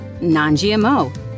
non-GMO